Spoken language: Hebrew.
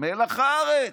מלח הארץ.